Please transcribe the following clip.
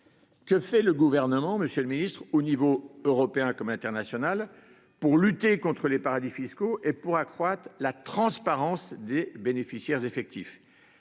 Que fait le gouvernement, Monsieur le Ministre, au niveau européen comme internationale pour lutter contre les paradis fiscaux et pour accroître la transparence des bénéficiaires effectifs.